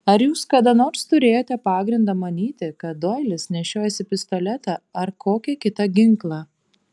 ar jūs kada nors turėjote pagrindą manyti kad doilis nešiojasi pistoletą ar kokį kitą ginklą